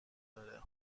داره